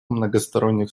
многосторонних